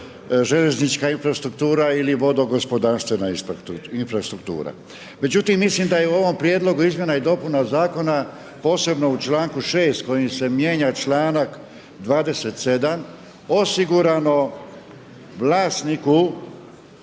željeznička infrastruktura ili vodo-gospodarstvena infrastruktura. Međutim, mislim da je i u ovom prijedlogu izmjena i dopuna zakona posebno u članku 6. kojim se mijenja članak 27. osigurano vlasniku